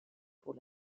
pour